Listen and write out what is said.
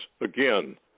again